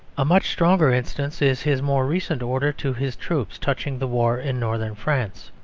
a much stronger instance is his more recent order to his troops touching the war in northern france.